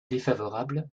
défavorable